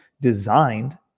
designed